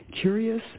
curious